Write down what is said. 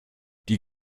die